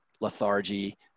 lethargy